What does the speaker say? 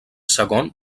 segon